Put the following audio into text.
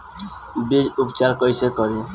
बीज उपचार कईसे करी?